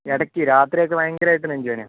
ഇടയ്ക്ക് രാത്രിയൊക്കെ ഭയങ്കരമായിട്ട് നെഞ്ചുവേദനയാണ്